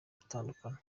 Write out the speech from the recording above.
gutandukana